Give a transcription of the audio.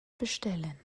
bestellen